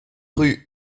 rue